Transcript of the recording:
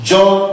John